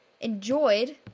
enjoyed